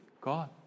God